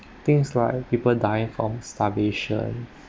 things like people dying from starvation